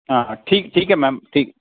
ਹਾਂ ਹਾਂ ਠੀਕ ਠੀਕ ਹੈ ਮੈਮ ਠੀਕ